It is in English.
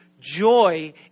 joy